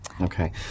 Okay